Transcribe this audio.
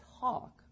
talk